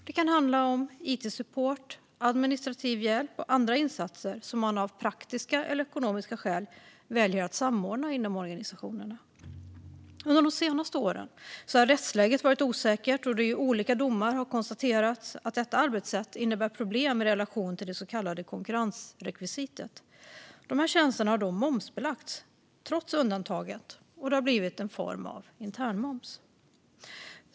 Det kan handla om it-support, administrativ hjälp och andra insatser som man av praktiska eller ekonomiska skäl väljer att samordna inom organisationerna. Under de senaste åren har rättsläget varit osäkert då det i olika domar har konstaterats att detta arbetssätt innebär problem i relation till det så kallade konkurrensrekvisitet. Dessa tjänster har då momsbelagts, trots undantaget, och det har blivit en form av internmoms.